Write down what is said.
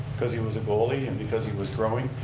because he was a goalie and because he was growing,